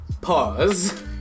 pause